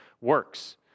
works